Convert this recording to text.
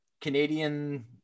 Canadian